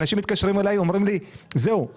אנשים מתקשרים אלי ואומרים לי זהו,